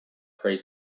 prays